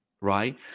right